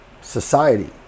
society